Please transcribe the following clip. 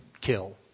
kill